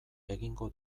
egingo